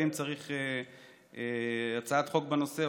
אם צריך הצעת חוק בנושא,